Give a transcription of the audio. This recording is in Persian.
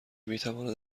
میتواند